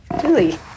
Julie